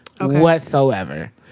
whatsoever